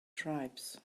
tribes